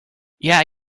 yeah